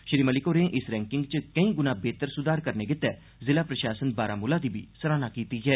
श्री मलिक होरें इस रैंकिंग च केई गुणा बेहतर सुधार करने गितै ज़िला प्रशासन बारामूला दी भी सराहना कीती ऐ